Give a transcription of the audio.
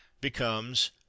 becomes